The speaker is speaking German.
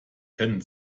kennen